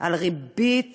על ריבית